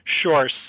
Sure